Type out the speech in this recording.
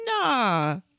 nah